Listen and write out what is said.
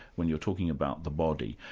when you're talking about the body.